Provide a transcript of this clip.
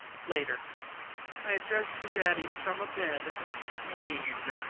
later i address you, daddy, from a bed of pain.